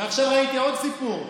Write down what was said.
ועכשיו ראיתי עוד סיפור.